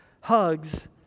hugs